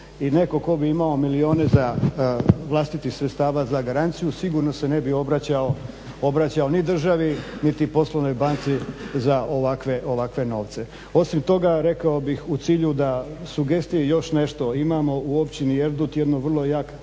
i netko tko bi imao milijune vlastitih sredstava za garanciju sigurno se ne bi obraćao ni državi niti poslovnoj banci za ovakve novce. Osim toga, rekao bih u cilju sugestije još nešto. Imamo u Općini Erdut jedan vrlo jak